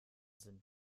sind